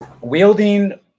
wielding